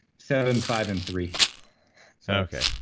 seven, five and three so okay.